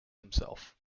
himself